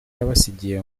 yabasigiye